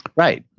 right.